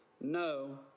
No